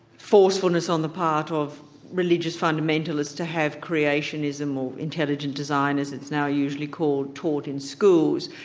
forcefulness on the part of religious fundamentalists to have creationism or intelligent design as it's now usually called taught in schools.